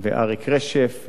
אריק רשף,